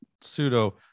pseudo